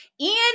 Ian